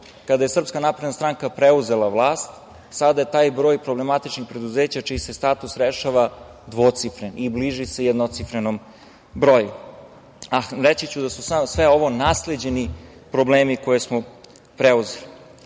kada je SNS preuzela vlast, a sada je taj broj problematičnih preduzeća, čiji se status rešava, dvocifren i bliži se jednocifrenom broju. Reći ću da su sve ovo nasleđeni problemi koje smo preuzeli. Kada